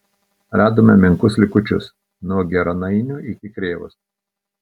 radome menkus likučius nuo geranainių iki krėvos